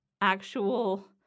actual